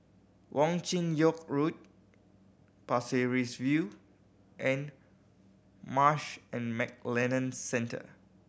Wong Chin Yoke Road Pasir Ris View and Marsh and McLennan Centre